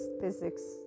physics